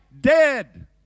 dead